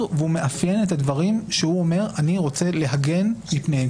ומאפיין את הדברים כשהוא אומר: אני רוצה להגן מפניהם.